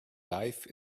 life